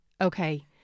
okay